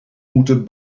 moeten